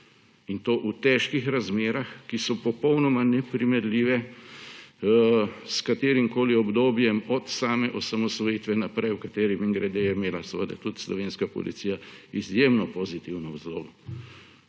in to v težkih razmerah, ki so popolnoma neprimerljive s katerimkoli obdobjem od same osamosvojitve naprej, v kateri, mimogrede, je imela seveda tudi slovenska policija izjemno pozitivno vlogo.